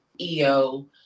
EO